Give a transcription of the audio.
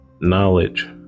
knowledge